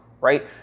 right